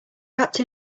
wrapped